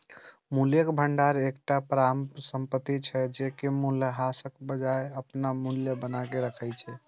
मूल्यक भंडार एकटा परिसंपत्ति छियै, जे मूल्यह्रासक बजाय अपन मूल्य बनाके राखै छै